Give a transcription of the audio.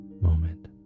moment